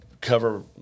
cover